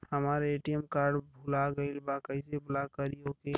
हमार ATM card भूला गईल बा कईसे ब्लॉक करी ओके?